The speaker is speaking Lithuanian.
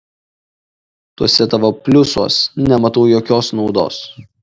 tuose tavo pliusuos nematau jokios naudos